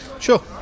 Sure